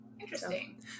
Interesting